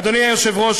אדוני היושב-ראש,